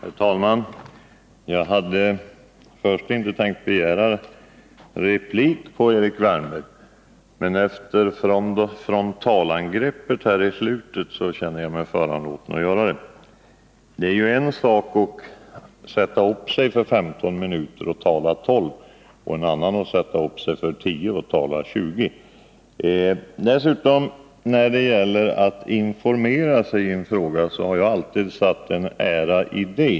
Herr talman! Jag hade först inte tänkt begära replik på Erik Wärnbergs anförande, men efter frontalangreppet i slutet känner jag mig föranlåten att göra det. Det är ju en sak att sätta upp sig för 15 minuter och tala 12, en annan att sätta upp sig för 10 och tala 20. Att man skall informera sig i en fråga är något som jag alltid har satt en ära i.